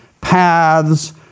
paths